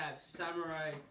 samurai